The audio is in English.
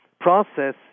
process